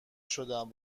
شدم